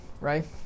right